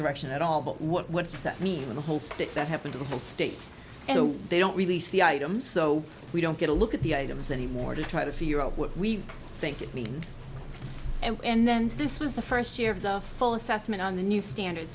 direction at all but what does that mean in the whole stick that happen to the whole state and they don't release the items so we don't get a look at the items anymore to try to figure out what we think it means and then this was the first year of the full assessment on the new standard